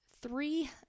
three